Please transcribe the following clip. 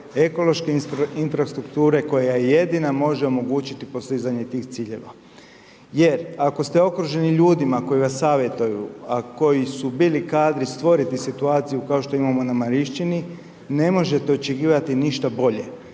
ekološke infrastrukture koja jedina može omogućiti postizanje tih ciljeva. Jer ako ste okruženi ljudima koji vas savjetuju, a koji su bili kadri stvoriti situaciju kao što imamo na Mariščini, ne možete očekivati ništa bolje,